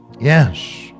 Yes